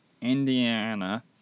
Indiana